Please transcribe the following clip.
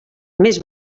més